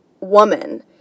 woman